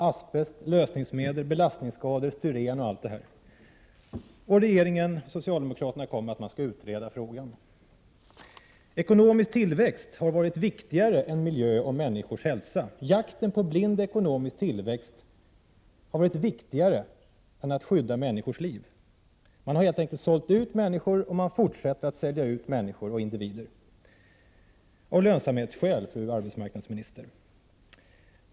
Asbest, lösningsmedel, belastningsskador, styren och annat — den socialdemokratiska regeringen säger att frågorna skall utredas. Den blinda jakten på ekonomisk tillväxt har varit viktigare än skyddet av människors liv. Man har helt enkelt sålt ut människor, och man fortsätter att sälja ut människor — av lönsamhetsskäl, fru arbetsmarknadsminister!